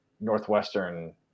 Northwestern